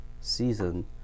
season